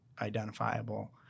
identifiable